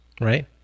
right